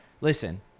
Listen